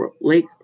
Lake